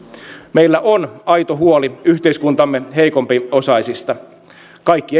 meillä on aito huoli yhteiskuntamme heikompiosaisista kaikki